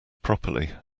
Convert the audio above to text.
properly